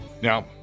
Now